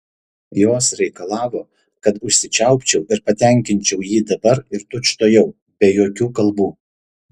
jos reikalavo kad užsičiaupčiau ir patenkinčiau jį dabar ir tučtuojau be jokių kalbų